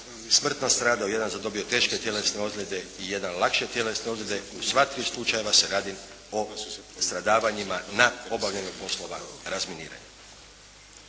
smrtno stradao, jedan je dobio teške tjelesne ozljede i jedan lakše tjelesne ozljede. U sva tri slučajeva se radi o stradavanjima na obavljanju poslova razminiranja.